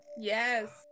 Yes